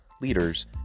leaders